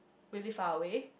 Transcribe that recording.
really faraway